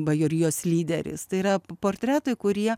bajorijos lyderis tai yra portretai kurie